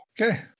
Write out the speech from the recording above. Okay